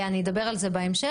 אני אדבר על זה בהמשך.